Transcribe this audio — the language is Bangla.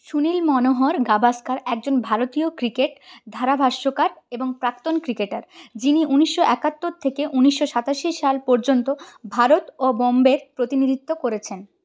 সুনীল মনোহর গাভাস্কার একজন ভারতীয় ক্রিকেট ধারাভাষ্যকার এবং প্রাক্তন ক্রিকেটার যিনি ঊনিশশো একাত্তর থেকে ঊনিশশো সাতাশি সাল পর্যন্ত ভারত ও বোম্বের প্রতিনিধিত্ব করেছেন